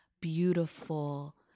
beautiful